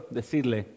decirle